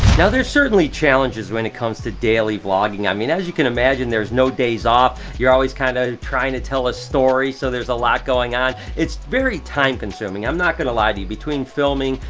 now there's certainly challenges when it comes to daily vlogging. i mean, as you can imagine, there's no days off, you're always kinda trying to tell a story, so there's a lot going on. it's very time-consuming, i'm not gonna lie to you. between filming,